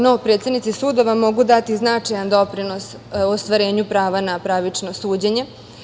No, predsednici sudova mogu dati značajan doprinos ostvarenju prava na pravično suđenje.